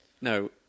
No